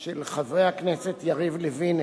של חברי הכנסת יריב לוין,